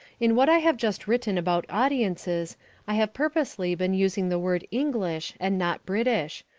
in what i have just written about audiences i have purposely been using the word english and not british,